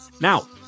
Now